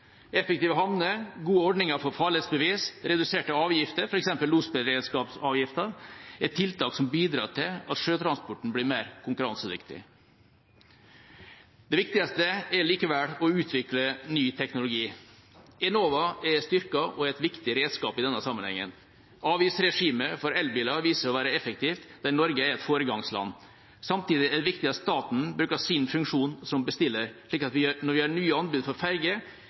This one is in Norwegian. Effektive havner, gode ordninger for farledsbevis og reduserte avgifter, f.eks. losberedskapsavgiften, er tiltak som bidrar til at sjøtransporten blir mer konkurransedyktig. Det viktigste er likevel å utvikle ny teknologi. Enova er styrket og er et viktig redskap i denne sammenhengen. Avgiftsregimet for elbiler har vist seg å være effektivt, der Norge er et foregangsland. Samtidig er det viktig at staten bruker sin funksjon som bestiller, slik vi gjør når nye anbud for